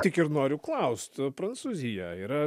tik ir noriu klaust prancūzija yra